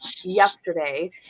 yesterday